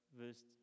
verse